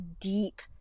deep